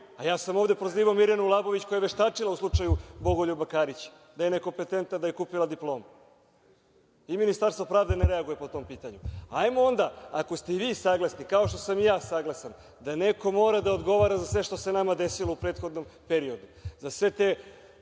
Ja sam ovde prozivao Mirjanu Labović koja je veštačila u slučaju Bogoljuba Karića, da je nekompetentna, da je kupila diplomu, i Ministarstvo pravde ne reaguje po tom pitanju. Ajmo onda, ako ste i vi saglasni, kao što sam i ja saglasan, da neko mora da odgovara za sve što se nama desilo u prethodnom periodu, za sve te